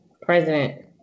President